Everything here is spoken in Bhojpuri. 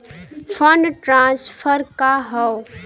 फंड ट्रांसफर का हव?